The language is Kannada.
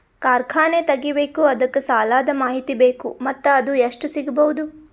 ಕಾರ್ಖಾನೆ ತಗಿಬೇಕು ಅದಕ್ಕ ಸಾಲಾದ ಮಾಹಿತಿ ಬೇಕು ಮತ್ತ ಅದು ಎಷ್ಟು ಸಿಗಬಹುದು?